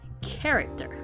character